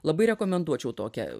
labai rekomenduočiau tokią